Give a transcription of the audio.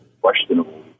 questionable